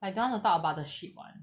I don't want to talk about the ship [one]